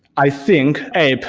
i think a,